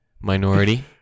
Minority